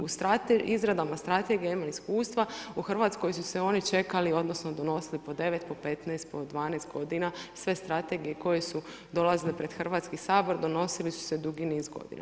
U izradama strategija imamo iskustva, u Hrvatskoj su se oni čekali odnosno donosili po 9, po 15, po 12 godina sve strategije koje su dolazile pred Hrvatski sabor donosile su se dugi niz godina.